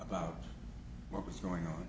about what was going on